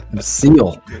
Seal